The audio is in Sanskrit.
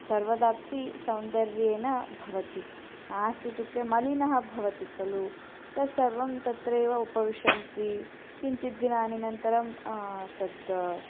सर्वदापि सौन्दर्येण भवन् नास्ति इत्युक्ते मलिनः भवति खलु तत्सर्वं तत्रैव उपविशन्ति किञ्चित् दिनानन्तरं तद्